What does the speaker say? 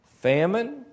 famine